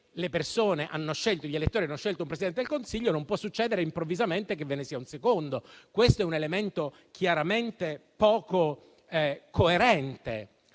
Se gli elettori hanno scelto un Presidente del Consiglio, non può succedere improvvisamente che ve ne sia un secondo. Questo è un elemento chiaramente poco coerente.